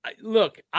Look